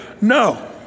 No